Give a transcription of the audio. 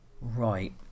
Right